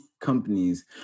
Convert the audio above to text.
companies